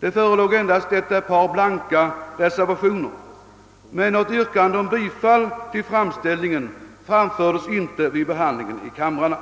Det förelåg endast ett par blanka reservationer, men något yrkande om bifall till framställningen framfördes inte vid behandlingen i kamrarna.